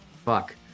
fuck